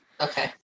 Okay